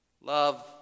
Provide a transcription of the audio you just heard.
love